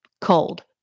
cold